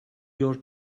your